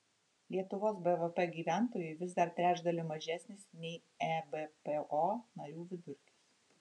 lietuvos bvp gyventojui vis dar trečdaliu mažesnis nei ebpo narių vidurkis